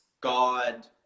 God